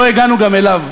שלא הגענו גם אליו.